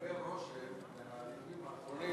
יכול להתקבל רושם מהנאומים האחרונים